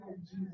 Jesus